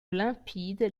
limpide